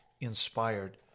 inspired